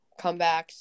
comebacks